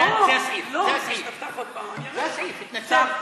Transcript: זה הסעיף, תתנצל.